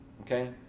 okay